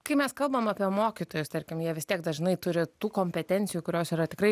kai mes kalbam apie mokytojus tarkim jie vis tiek dažnai turi tų kompetencijų kurios yra tikrai